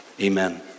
Amen